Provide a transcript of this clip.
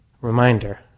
Reminder